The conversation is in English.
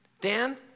Dan